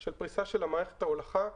של פריסה של מערכת ההולכה המרכזית,